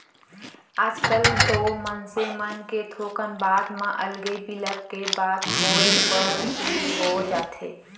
आजकल तो मनसे मन के थोकन बात म अलगे बिलग के बात होय बर सुरू हो जाथे